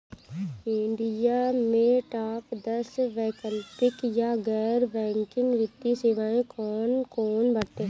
India में top दस वैकल्पिक या गैर बैंकिंग वित्तीय सेवाएं कौन कोन बाटे?